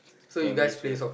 memories with